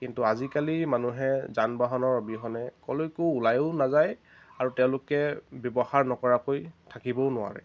কিন্তু আজিকালি মানুহে যান বাহনৰ অবিহনে ক'লৈকো ওলায়ো নাযায় আৰু তেওঁলোকে ব্যৱহাৰ নকৰাকৈ থাকিবও নোৱাৰে